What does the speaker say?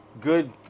good